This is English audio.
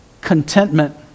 contentment